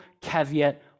caveat